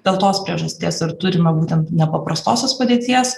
dėl tos priežasties ir turime būtent nepaprastosios padėties